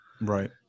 Right